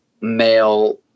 male